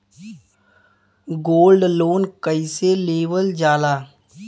Gold loan कईसे लेवल जा ला?